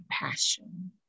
compassion